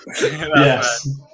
Yes